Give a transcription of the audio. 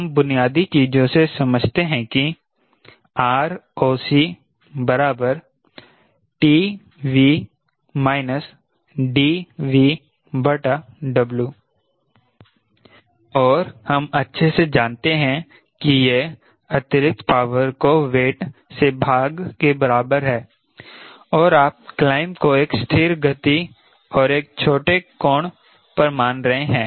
हम बुनियादी चीज़ों से समझते हैं कि ROC TV DVW और हम अच्छे से जानते हैं कि यह अतिरिक्त पावर को वेट से भाग के बराबर है और आप क्लाइंब को एक स्थिर गति और एक छोटे कोण पर मान रहे हैं